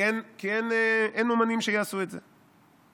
כי אין אומנים שיעשו את זה.